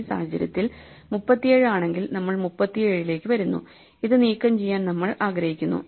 ഈ സാഹചര്യത്തിൽ 37 ആണെങ്കിൽ നമ്മൾ 37 ലേക്ക് വരുന്നു ഇത് നീക്കംചെയ്യാൻ നമ്മൾ ആഗ്രഹിക്കുന്നു